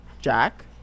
Jack